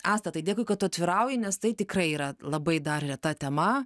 asta tai dėkui kad tu atvirauji nes tai tikrai yra labai dar reta tema